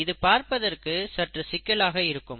இது பார்ப்பதற்கு சற்று சிக்கலாக இருக்கும்